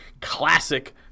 classic